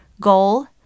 goal